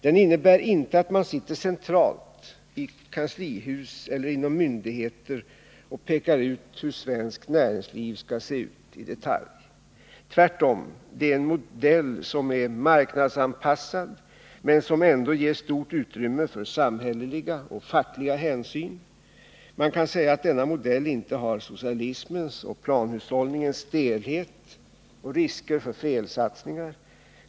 Den innebär inte att man sitter centralt i kanslihus eller inom myndigheterna och pekar ut hur svenskt näringsliv skall se ut i detalj. Tvärtom — det är en modell som är marknadsanpassad men som ändå ger stort utrymme för samhälleliga och fackliga hänsyn. Man kan säga att denna modell inte har socialismens och planhushållningens stelhet och risker för felsatsningar.